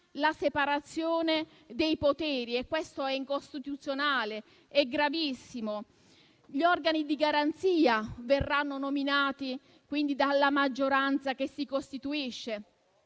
la separazione dei poteri è incostituzionale e gravissimo. Gli organi di garanzia verranno nominati dalla maggioranza che si costituisce